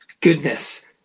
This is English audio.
goodness